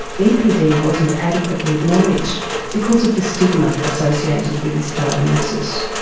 bpd wasn't adequately acknowledged because of the stigma associated with this diagnosis.